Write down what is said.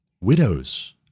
widows